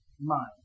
mind